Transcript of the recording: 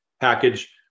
package